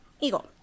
eagle